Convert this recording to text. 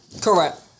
Correct